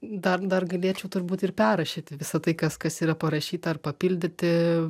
dar dar galėčiau turbūt ir perrašyti visa tai kas kas yra parašyta ar papildyti